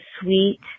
sweet